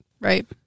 Right